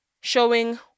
showing